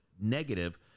negative